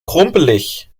krumpelig